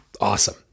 Awesome